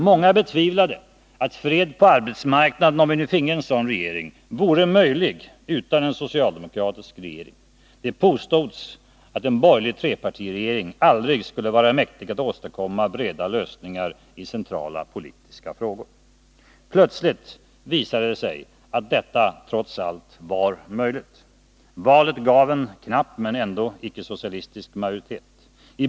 Många betvivlade att fred på arbetsmarknaden var möjlig utan en socialdemokratisk regering. Det påstods att en borgerlig trepartiregering aldrig skulle vara mäktig att åstadkomma breda lösningar i centrala politiska frågor. Plötsligt visade det sig att detta trots allt var möjligt. Valet gav en icke socialistisk majoritet, även om den var knapp.